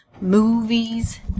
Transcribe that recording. movies